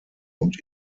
und